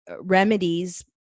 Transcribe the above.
remedies